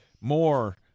more